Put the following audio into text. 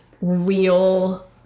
real